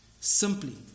Simply